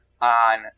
on